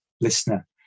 listener